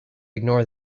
ignore